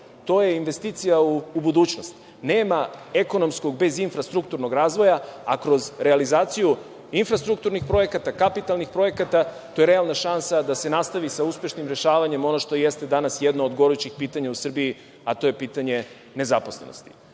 To je investicija u budućnost. Nema ekonomskog bez infrastrukturnog razvoja, a kroz realizaciju infrastrukturnih projekata, kapitalnih projekata, to je realna šansa da se nastavi sa uspešnim rešavanjem, ono što jeste danas jedno od gorućih pitanja u Srbiji, pitanja nezaposlenosti. Srbija